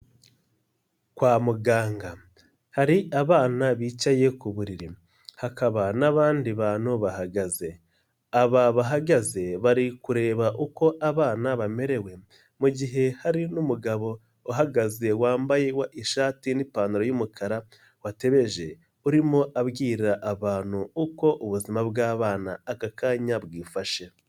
Kwa muganga hari abana bicaye ku buriri, hakaba n'abandi bantu bahagaze, aba bahagaze bari kureba uko abana bamerewe, mu gihe hari n'umugabo uhagaze wambaye ishati n'ipantaro y'umukara watebeje, urimo abwira abantu uko ubuzima bw'abana aka kanya bwifashe.